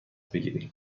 بگیریم